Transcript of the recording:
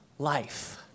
Life